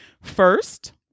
first